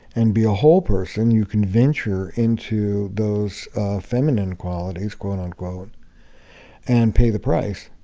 and be a whole person, you can venture into those feminine qualities, quote unquote, and pay the price,